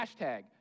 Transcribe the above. hashtag